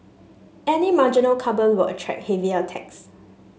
any marginal carbon will attract heavier tax